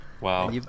Wow